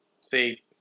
See